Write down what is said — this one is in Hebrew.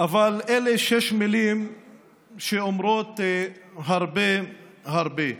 אבל אלה שש מילים שאומרות הרבה הרבה.